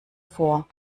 vor